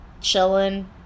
chilling